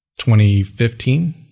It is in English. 2015